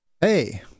hey